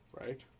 right